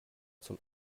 zum